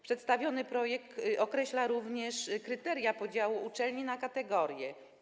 Przedstawiony projekt określa również kryteria podziału uczelni na kategorie.